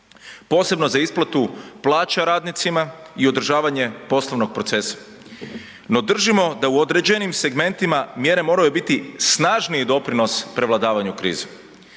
Posebno za isplatu plaća radnicima i održavanje poslovnog procesa. No, držimo da u određenim segmentima mjere moraju biti snažniji doprinos prevladavanju krize.